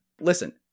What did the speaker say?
Listen